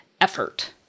effort